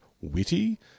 witty